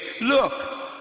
look